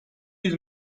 yüz